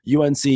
UNC